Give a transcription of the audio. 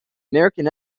american